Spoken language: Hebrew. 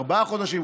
ארבעה חודשים,